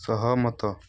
ସହମତ